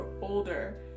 older